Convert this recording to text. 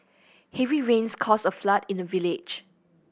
heavy rains caused a flood in the village